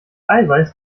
eiweiß